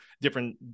different